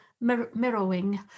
mirroring